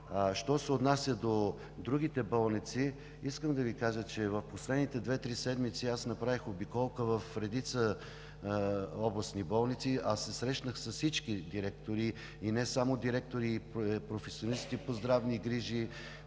Що се отнася до другите болници – искам да Ви кажа, че в последните две-три седмици направих обиколка в редица областни болници, срещнах се с всички директори, професионалисти по здравни грижи,